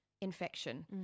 infection